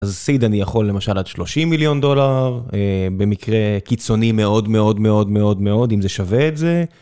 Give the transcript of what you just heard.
אז סיד אני יכול למשל עד 30 מיליון דולר, במקרה קיצוני מאוד מאוד מאוד מאוד מאוד, אם זה שווה את זה.